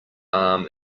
arm